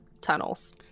tunnels